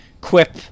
quip